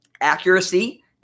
Accuracy